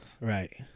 right